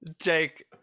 Jake